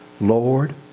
Lord